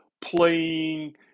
playing